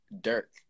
Dirk